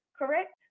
correct